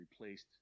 replaced